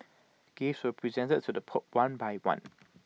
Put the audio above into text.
gifts were presented to the pope one by one